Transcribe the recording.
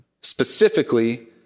specifically